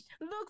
look